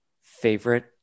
favorite